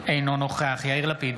אינו נוכח יאיר לפיד,